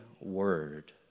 word